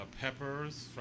peppers